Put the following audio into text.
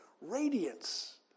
radiance